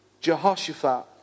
Jehoshaphat